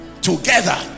together